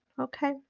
Okay